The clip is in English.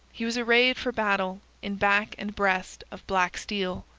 he was arrayed for battle, in back-and-breast of black steel.